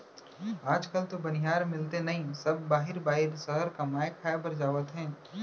आज काल तो बनिहार मिलते नइए सब बाहिर बाहिर सहर कमाए खाए बर जावत हें